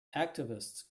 activists